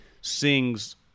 sings